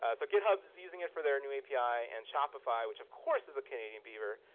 ah so github's using it for their new api, and shopify which, of course, is a canadian beaver.